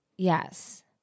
Yes